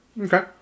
Okay